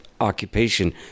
occupation